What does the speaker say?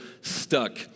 stuck